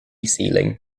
ceiling